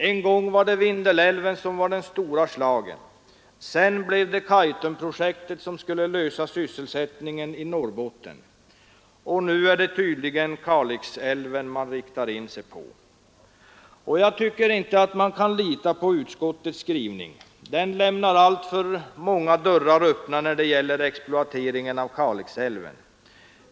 En gång var det Vindelälven som var den stora schlagern, sedan blev det Kaitumprojektet som skulle lösa sysselsättningsproblemen i Norrbotten. Nu är det tydligen Kalixälven man riktar in sig på. Jag tycker inte att man kan lita på utskottets skrivning. Den lämnar alltför många dörrar öppna när det gäller exploateringen av Kalixälven.